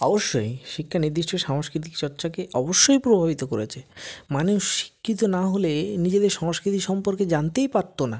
অবশ্যই শিক্ষা নির্দিষ্ট সাংস্কৃতিক চর্চাকে অবশ্যই প্রভাবিত করেছে মানুষ শিক্ষিত না হলে নিজেদের সংস্কৃতি সম্পর্কে জানতেই পারতো না